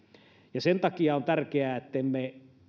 ja sen takia on tärkeää ettemme